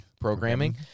programming